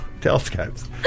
Telescopes